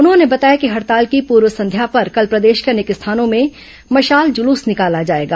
उन्होंने बताया कि हड़ताल की पूर्व संध्या पर कल प्रदेश के अनेक स्थानों में मशाल जुलूस निकाला जाएगा